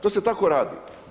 To se tako radi.